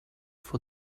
for